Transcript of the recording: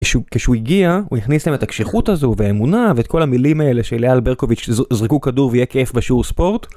כשהוא הגיע הוא הכניס להם את הקשיחות הזו והאמונה ואת כל המילים האלה של אייל ברקוביץ' שזרקו כדור ויהיה כיף ושיעור ספורט.